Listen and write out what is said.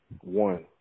One